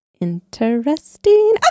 Interesting